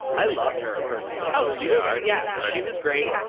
i loved her personally. oh yeah. um yeah. she was great.